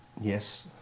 Yes